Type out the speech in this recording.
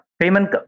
payment